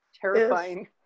terrifying